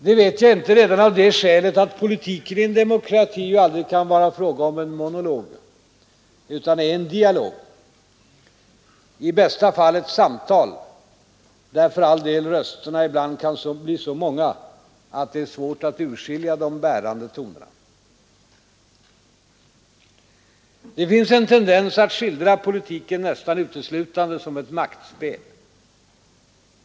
Det vet jag inte redan av det skälet att politiken i en demokrati aldrig kan vara fråga om en monolog, utan det är en dialog, i bästa fall ett samtal där för all del rösterna ibland kan bli så många att det är svårt att urskilja de bärande tonerna. Det finns en tendens att skildra politiken nästan uteslutande som ett maktspel.